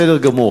בסדר גמור.